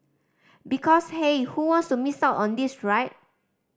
because hey who wants to miss out on this right